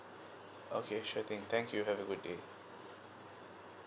okay sure thank thank have a good okay